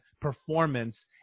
performance